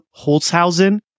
Holzhausen